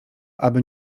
aby